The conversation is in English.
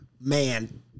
man